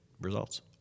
results